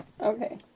Okay